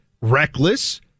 reckless